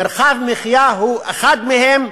מרחב מחיה הוא אחד מהם,